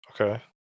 Okay